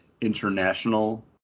International